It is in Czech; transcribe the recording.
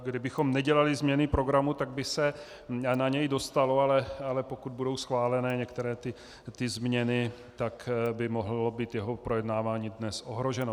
Kdybychom nedělali změny programu, tak by se na něj dostalo, ale pokud budou schváleny některé změny, tak by mohlo být jeho projednávání dnes ohroženo.